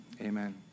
amen